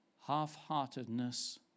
half-heartedness